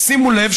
שימו לב,